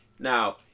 Now